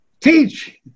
Teach